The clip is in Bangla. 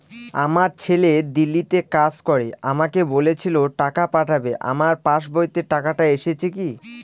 আমার ছেলে দিল্লীতে কাজ করে আমাকে বলেছিল টাকা পাঠাবে আমার পাসবইতে টাকাটা এসেছে কি?